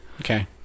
okay